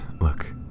Look